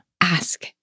Ask